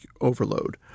overload